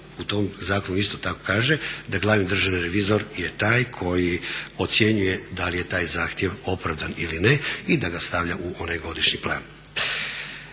u tom zakonu isto tako kaže da glavni državni revizor je taj koji ocjenjuje da li je taj zahtjev opravdan ili ne i da ga stavlja u onaj godišnji plan.